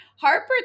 harper